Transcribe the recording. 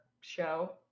show